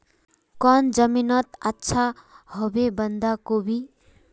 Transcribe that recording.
कौन जमीन टत अच्छा रोहबे बंधाकोबी?